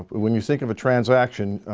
but when you think of a transaction,